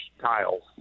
tiles